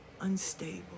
unstable